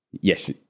Yes